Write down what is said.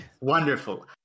wonderful